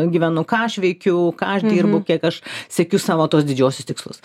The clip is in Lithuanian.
gyvenu ką aš veikiu ką aš dirbu kiek aš siekiu savo tuos didžiuosius tikslus